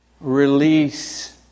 release